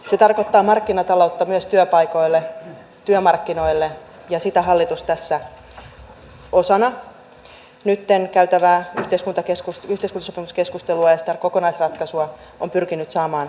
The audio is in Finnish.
se tarkoittaa markkinataloutta myös työpaikoille työmarkkinoille ja sitä hallitus tässä osana nyt käytävää yhteiskuntasopimuskeskustelua ja sitä kokonaisratkaisua on pyrkinyt saamaan eteenpäin